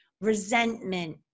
resentment